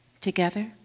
Together